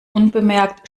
unbemerkt